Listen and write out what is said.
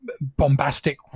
bombastic